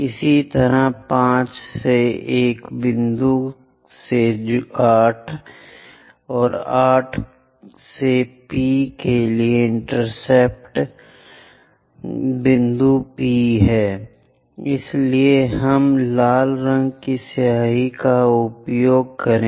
इसी तरह 5 से एक बिंदु से जुड़ें 8 अब 8 से P के लिए इंटरसेक्ट बिंदु P है इसलिए हम लाल रंग की स्याही का उपयोग करें